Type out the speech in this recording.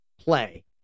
play